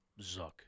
Zuck